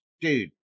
dude